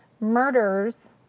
murders